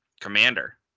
commander